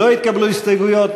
לא התקבלו הסתייגויות,